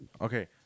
Okay